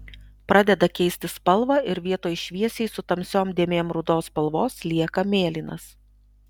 pradeda keisti spalvą ir vietoj šviesiai su tamsiom dėmėm rudos spalvos lieka mėlynas